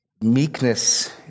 Meekness